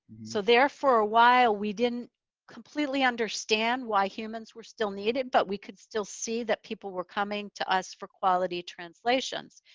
so there for a while we didn't completely understand why humans were still needed, but we could still see that people were coming to us for quality translations.